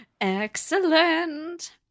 Excellent